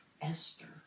Esther